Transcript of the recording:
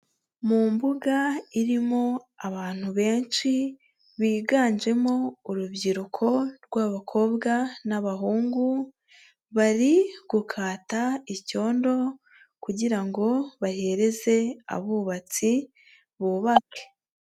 Mu mbuga irimo abantu benshi, biganjemo urubyiruko rw'abakobwa n'abahungu, bari gukata icyondo, kugira ngo bahereze abubatsi, bubake.